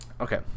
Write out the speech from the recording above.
Okay